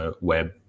web